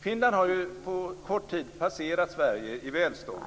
Finland har på kort tid passerat Sverige i välstånd.